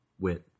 wit